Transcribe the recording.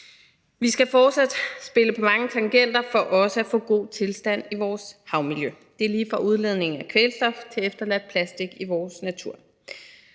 Vi skal fortsat spille på mange tangenter for også at få en god tilstand i vores havmiljø. Det er lige fra udledningen af kvælstof til efterladt plastik i vores natur.